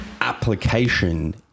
application